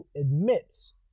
admits